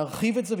נרחיב את זה,